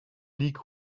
league